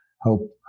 hope